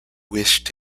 wished